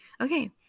Okay